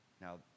Now